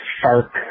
shark